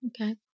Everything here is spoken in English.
Okay